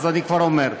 אז אני כבר אומר.